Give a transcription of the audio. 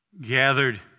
gathered